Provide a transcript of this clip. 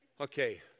Okay